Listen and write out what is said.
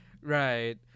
Right